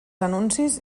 anuncis